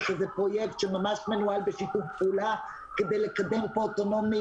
שזה פרויקט שממש מנוהל בשיתוף פעולה כדי לקדם אוטונומי